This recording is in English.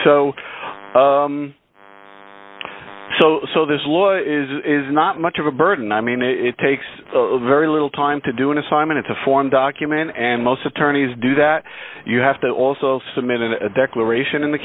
so so so this law is not much of a burden i mean it takes very little time to do an assignment it's a form document and most attorneys do that you have to also submitted a declaration in the